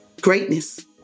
Greatness